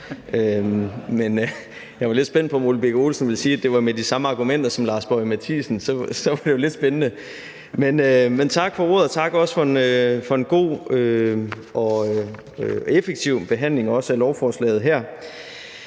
– jeg var lidt spændt på, om hr. Ole Birk Olesen ville sige, at det var med de samme argumenter som hr. Lars Boje Mathiesen, for så ville det blive lidt spændende. Men tak for ordet, og også tak for en god og effektiv behandling af lovforslaget her.